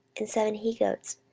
and seven he goats,